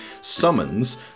summons